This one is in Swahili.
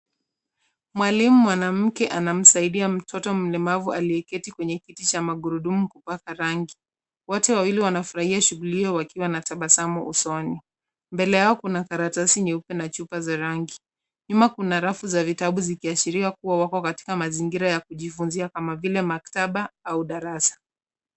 Mwalimu mwanamke anamsaidia mtoto mlewavu aliyeketi kwenye kiti cha magurudumu kupaka rangi. Wote wawili wanafurahia shughuli hiyo wakiwa na tabasamu usoni. Mbele yao kuna karatasi nyeupe na chupa za rangi. Nyuma kuna rafu za vitabu zikiashiria kuwa wako katika mazingira ya kujifunzia kama vile maktaba au darasa.